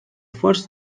first